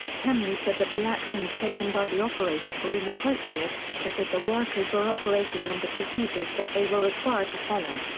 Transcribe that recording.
kemeny said that the actions taken by the operators were inappropriate but that the workers were operating under procedures that they were required to follow,